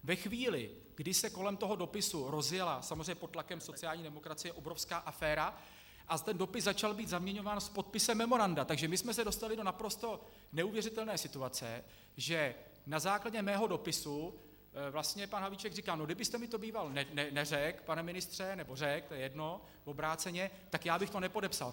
Ve chvíli, kdy se kolem toho dopisu rozjela, samozřejmě pod tlakem sociální demokracie, obrovská aféra a ten dopis začal být zaměňován s podpisem memoranda, takže my jsme se dostali do naprosto neuvěřitelné situace, že na základě mého dopisu vlastně pan Havlíček říká: No, kdybyste mi to býval neřekl, pane ministře, nebo řekl, to je jedno, obráceně, tak já bych to nepodepsal.